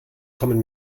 kommen